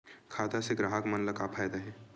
खाता से ग्राहक मन ला का फ़ायदा हे?